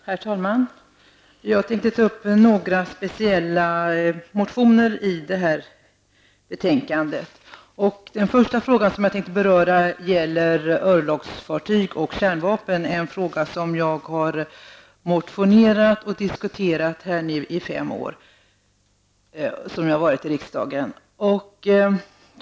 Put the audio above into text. Herr talman! Jag tänkte ta upp några speciella motioner som behandlas i det här betänkandet. Den första frågan som jag tänkte beröra gäller örlogsfartyg och kärnvapen. Det är en fråga som jag har motionerat och diskuterat om under de fem år som jag har varit i riksdagen.